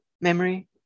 memory